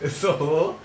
so